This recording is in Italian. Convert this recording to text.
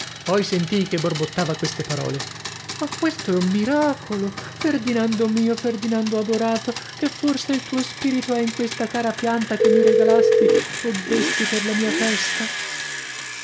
poi sentii che borbottava queste parole ma questo è un miracolo ferdinando mio ferdinando adorato che forse il tuo spirito è in questa cara pianta che mi regalasti o desti per la mia festa